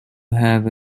have